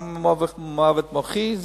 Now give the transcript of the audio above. גם מוות מוחי.